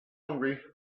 hungry